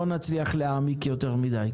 לא נצליח להעמיק יותר מדי.